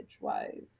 wise